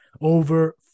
over